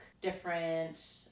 different